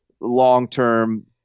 long-term